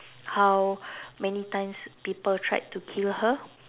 how many times people tried to kill her